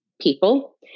people